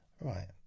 Right